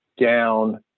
down